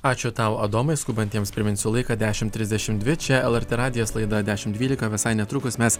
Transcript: ačiū tau adomui skubantiems priminsiu laiką dešim trisdešimt dvi čia lrt radijas laida dešim dvylika visai netrukus mes